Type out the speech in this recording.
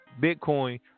bitcoin